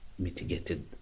mitigated